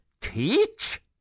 Teach